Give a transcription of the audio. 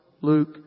Luke